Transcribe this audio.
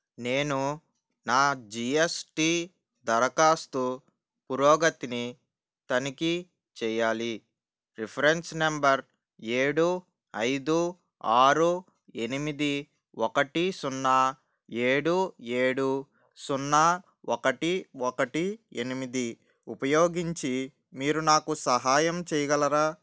నేను నా జిఎస్టి దరఖాస్తు పురోగతిని తనిఖీ చెయ్యాలి రిఫరెన్స్ నంబర్ ఏడు ఐదు ఆరు ఎనిమిది ఒకటి సున్నా ఏడు ఏడు సున్నా ఒకటి ఒకటి ఎనిమిది ఉపయోగించి మీరు నాకు సహాయం చెయ్యగలరా